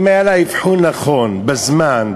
אם היה לה אבחון נכון בזמן,